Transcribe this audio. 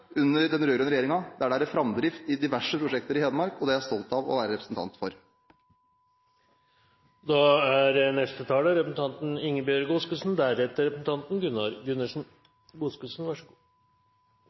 under den rød-grønne regjeringen, der det er en framdrift i diverse prosjekter i Hedmark – er jeg stolt av å være en representant